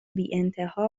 بیانتها